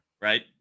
Right